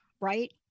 right